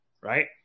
right